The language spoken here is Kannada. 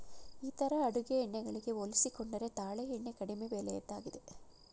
ಇತರ ಅಡುಗೆ ಎಣ್ಣೆ ಗಳಿಗೆ ಹೋಲಿಸಿಕೊಂಡರೆ ತಾಳೆ ಎಣ್ಣೆ ಕಡಿಮೆ ಬೆಲೆಯದ್ದಾಗಿದೆ